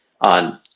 on